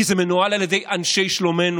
כי זה מנוהל על ידי אנשי שלומנו